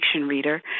reader